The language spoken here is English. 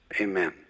amen